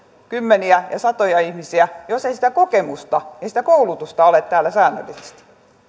kymmeniä ja satoja ihmisiä jos ei sitä kokemusta ja sitä koulutusta ole täällä säännöllisesti